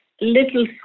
little